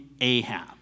Ahab